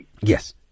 Yes